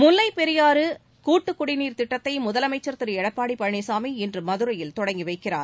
முல்லைப் பெரியாறு கூட்டு குடிநீர் திட்டத்தை முதலமைச்சர் திரு எடப்பாடி பழனிசாமி இன்று மதுரையில் தொடங்கி வைக்கிறார்